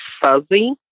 fuzzy